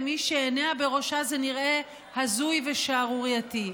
למי שעיניה בראשה זה נראה הזוי ושערורייתי.